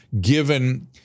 given